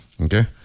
Okay